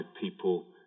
people